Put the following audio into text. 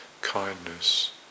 kindness